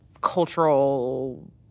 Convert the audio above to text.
cultural